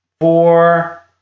four